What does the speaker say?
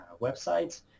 websites